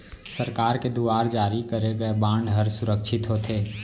सरकार के दुवार जारी करे गय बांड हर सुरक्छित होथे